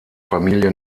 familie